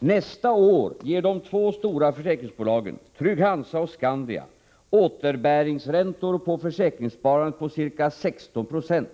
”Nästa år ger de två stora försäkringsbolagen, Trygg-Hansa och Skandia, återbäringsräntor på försäkringssparandet på ca 16 procent.